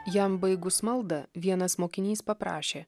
jam baigus maldą vienas mokinys paprašė